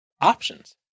options